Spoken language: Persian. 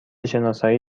شناسایی